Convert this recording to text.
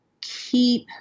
keep